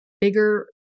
bigger